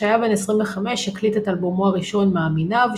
כשהיה בן 25 הקליט את אלבומו הראשון "מאמיניו",